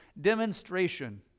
demonstration